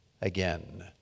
again